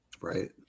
right